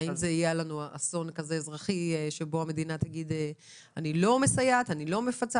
האם זה יהיה אסון אזרחי שבו המדינה תגיד שהיא לא מסייעת ולא מפצה?